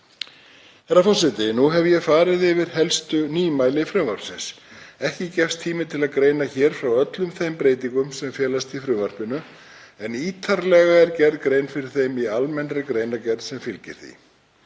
gildandi lögum. Ég hef nú farið yfir helstu nýmæli frumvarpsins. Ekki gefst tími til að greina frá öllum þeim breytingum sem felast í frumvarpinu en ítarlega er gerð grein fyrir þeim í almennri greinargerð sem fylgir því.